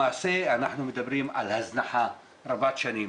למעשה אנחנו מדברים על הזנחה רבת שנים.